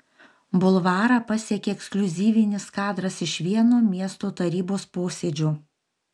bulvarą pasiekė ekskliuzyvinis kadras iš vieno miesto tarybos posėdžio